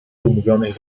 umówionych